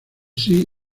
seas